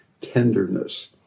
tenderness